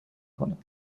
کند